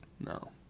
No